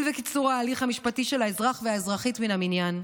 וקיצור ההליך המשפטי של האזרח והאזרחית מן המניין.